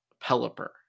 Pelipper